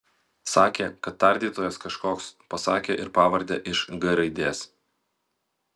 sakė kad tardytojas kažkoks pasakė ir pavardę iš g raidės